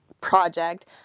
project